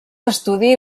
estudi